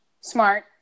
Smart